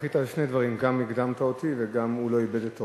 זכית בשני דברים: גם הקדמת אותי וגם הוא לא איבד את תורו.